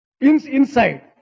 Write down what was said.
inside